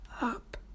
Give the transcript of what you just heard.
up